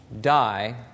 die